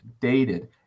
dated